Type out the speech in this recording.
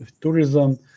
tourism